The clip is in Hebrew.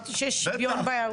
אמרתי שיש שוויון בהערות.